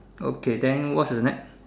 okay then what's the next